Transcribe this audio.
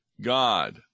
God